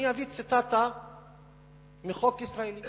אני אביא ציטטה מחוק ישראלי,